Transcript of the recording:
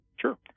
Sure